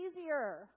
easier